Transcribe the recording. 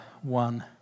one